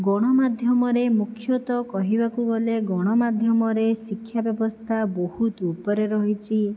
ଗଣମାଧ୍ୟମରେ ମୁଖ୍ୟତଃ କହିବାକୁ ଗଲେ ଗଣମାଧ୍ୟମରେ ଶିକ୍ଷା ବ୍ୟବସ୍ଥା ବହୁତ ଉପରେ ରହିଛି